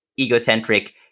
egocentric